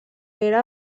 era